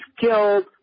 killed